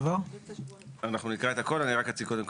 ומעבר לנוסח הזה, אני אגיד מעבר